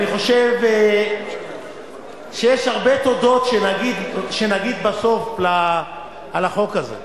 אני חושב שנגיד הרבה תודות בסוף על החוק הזה,